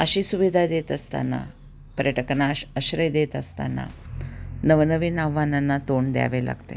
अशीच सुविधा देत असताना पर्यटकांना आश आश्रय देत असताना नवनवीन आव्हानांना तोंड द्यावे लागते